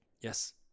yes